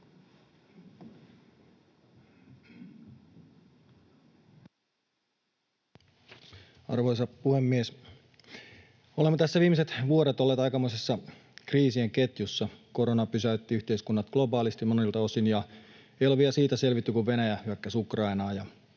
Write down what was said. Arvoisa puhemies! Olemme tässä viimeiset vuodet olleet aikamoisessa kriisien ketjussa. Korona pysäytti yhteiskunnat globaalisti monilta osin, ja ei olla vielä siitä selvitty, kun Venäjä hyökkäsi Ukrainaan